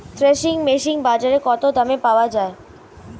Threshing machine বাজারে কত দামে পাওয়া যায়?